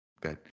Good